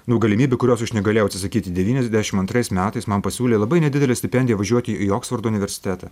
nu galimybė kurios aš negalėjau atsisakyti devyniasdešim antrais metais man pasiūlė labai nedidelę stipendiją važiuot į į oksfordo universitetą